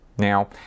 Now